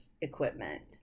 equipment